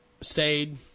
stayed